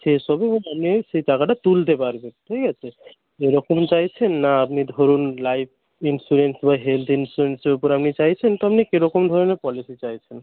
শেষ হবে এবং আপনি সেই টাকাটা তুলতে পারবেন ঠিক আছে এই রকম চাইছেন না আপনি ধরুন লাইফ ইন্স্যুরেন্স বা হেলথ ইন্স্যুরেন্সের উপর আপনি চাইছেন তো আপনি কীরকম ধরনের পলিসি চাইছেন